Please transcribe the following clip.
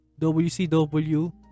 WCW